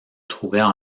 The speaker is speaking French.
trouvaient